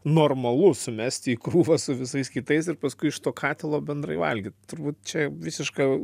normalu sumesti į krūvą su visais kitais ir paskui iš to katilo bendrai valgyt turbūt čia visiška